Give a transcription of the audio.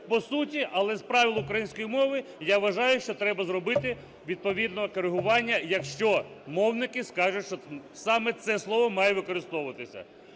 по суті, але з правил української мови, я вважаю, що треба зробити відповідне коригування, якщо мовники скажуть, що саме це слово має використовуватися.